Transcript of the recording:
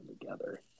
together